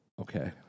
okay